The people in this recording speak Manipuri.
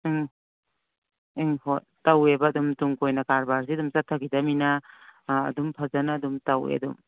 ꯎꯝ ꯎꯝ ꯍꯣꯏ ꯇꯧꯋꯦꯕ ꯑꯗꯨꯝ ꯇꯨꯡ ꯀꯣꯏꯅ ꯀꯔꯕꯥꯔꯁꯤ ꯑꯗꯨꯝ ꯆꯠꯊꯈꯤꯒꯗꯕꯅꯤꯅ ꯑꯗꯨꯝ ꯐꯖꯅ ꯑꯗꯨꯝ ꯇꯧꯋꯦ ꯑꯗꯨꯝ